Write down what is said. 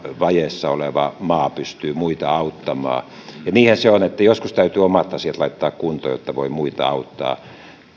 vajeessa oleva maa pystyy muita auttamaan ja niinhän se on että joskus täytyy omat asiat laittaa kuntoon jotta voi muita auttaa